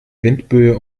windböe